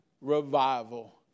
revival